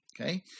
Okay